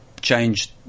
changed